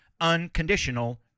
unconditional